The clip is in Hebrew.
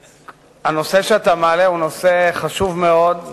הנושא שאתה מעלה הוא נושא חשוב מאוד,